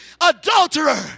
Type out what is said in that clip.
Adulterer